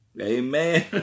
Amen